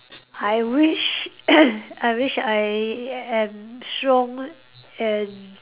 I wish I wish I am strong and